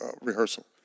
rehearsal